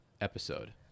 episode